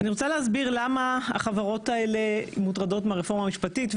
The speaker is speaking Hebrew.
אני רוצה להסביר למה החברות האלה מוטרדות מהרפורמה המשפטית,